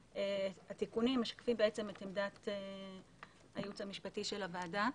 התיקונים משקפים את עמדת הייעוץ המשפטי של הוועדה.